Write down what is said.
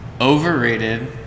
overrated